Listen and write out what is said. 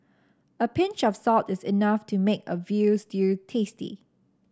a pinch of salt is enough to make a veal stew tasty